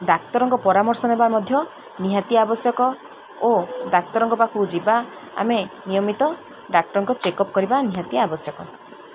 ଡାକ୍ତରଙ୍କ ପରାମର୍ଶ ନେବା ମଧ୍ୟ ନିହାତି ଆବଶ୍ୟକ ଓ ଡାକ୍ତରଙ୍କ ପାଖକୁ ଯିବା ଆମେ ନିୟମିତ ଡାକ୍ତରଙ୍କ ଚେକଅପ୍ କରିବା ନିହାତି ଆବଶ୍ୟକ